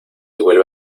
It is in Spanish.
vuelve